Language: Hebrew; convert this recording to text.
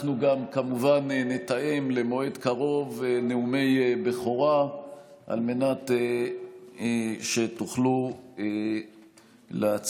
אנחנו כמובן גם נתאם למועד קרוב נאומי בכורה על מנת שתוכלו להציג,